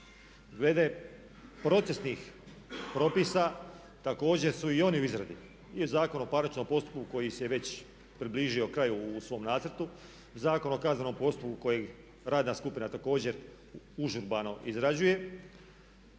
Glede procesnih propisa također su i oni u izradi. I Zakon o parničnom postupku koji se već približio kraju u svom nacrtu, Zakon o kaznenom postupku koji radna skupina također užurbano izrađuje,